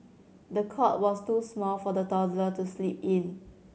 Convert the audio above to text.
the cot was too small for the toddler to sleep in